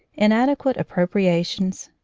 inadequate appropriations,